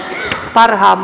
parhaan